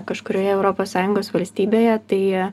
kažkurioje europos sąjungos valstybėje tai